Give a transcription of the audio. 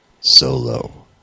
Solo